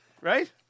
Right